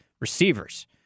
receivers